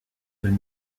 deux